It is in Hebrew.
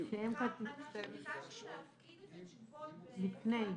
זה --- ביקשנו להפקיד את התשובות בבית משפט.